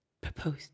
proposed